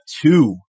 two